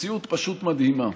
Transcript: מציאות פשוט מדהימה: